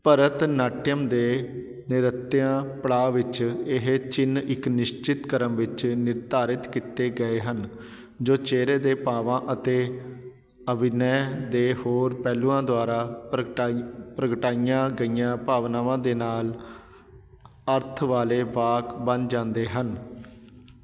ਭਰਤ ਨਾਟਿਅਮ ਦੇ ਨ੍ਰਿਤਿਯ ਪੜਾਅ ਵਿੱਚ ਇਹ ਚਿੰਨ੍ਹ ਇੱਕ ਨਿਸ਼ਚਿਤ ਕ੍ਰਮ ਵਿੱਚ ਨਿਰਧਾਰਿਤ ਕੀਤੇ ਗਏ ਹਨ ਜੋ ਚਿਹਰੇ ਦੇ ਭਾਵਾਂ ਅਤੇ ਅਭਿਨੈ ਦੇ ਹੋਰ ਪਹਿਲੂਆਂ ਦੁਆਰਾ ਪ੍ਰਗਟਾਈ ਪ੍ਰਗਟਾਈਆਂ ਗਈਆਂ ਭਾਵਨਾਵਾਂ ਦੇ ਨਾਲ ਅਰਥ ਵਾਲੇ ਵਾਕ ਬਣ ਜਾਂਦੇ ਹਨ